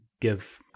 give